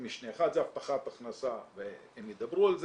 משנה אחת זה הבטחת הכנסה והם ידברו על זה,